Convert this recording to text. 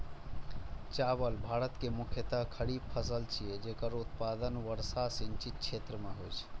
चावल भारत के मुख्य खरीफ फसल छियै, जेकर उत्पादन वर्षा सिंचित क्षेत्र मे होइ छै